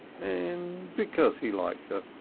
and because he liked her.